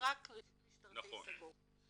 רישום אחר.